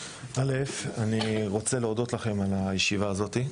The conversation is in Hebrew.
אני רוצה להודות לכם על הישיבה הזאת,